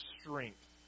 strength